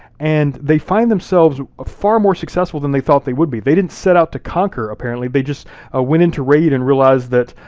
and they find themselves ah far more successful than they thought they would be. they didn't set out to conquer, apparently, they just ah went into raid and realized that,